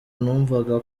numvaga